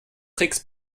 tricks